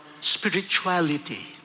spirituality